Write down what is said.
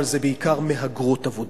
אבל זה בעיקר מהגרות עבודה,